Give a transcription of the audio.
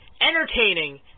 entertaining